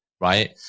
Right